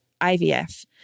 IVF